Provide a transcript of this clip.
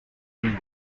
ibindi